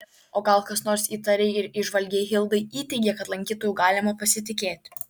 o gal kas nors įtariai ir įžvalgiai hildai įteigė kad lankytoju galima pasitikėti